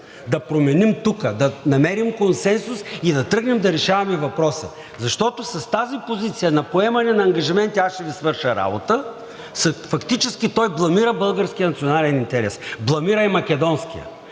да променим тук, да намерим консенсус и да тръгнем да решаваме въпроса. Защото с тази позиция на поемане на ангажименти – аз ще Ви свърша работа, фактически той бламира българския национален интерес, бламира и македонския.